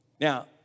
Now